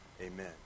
Amen